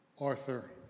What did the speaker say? Arthur